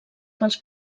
pels